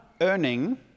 earning